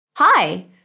Hi